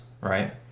right